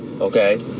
Okay